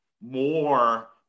more